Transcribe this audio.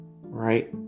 Right